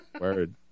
Word